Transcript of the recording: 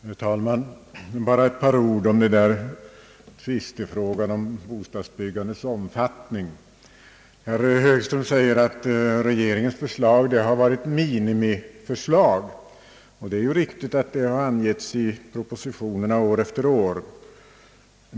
Herr talman! Bara ett par ord beträffande tvistefrågan om bostadsbyggandets omfattning! Herr Högström säger att regeringens förslag har varit minimiförslag, och det är riktigt att detta har angivits i propositionerna år för år.